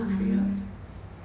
um